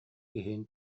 иһин